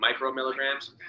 micromilligrams